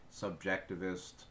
subjectivist